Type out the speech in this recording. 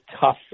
tough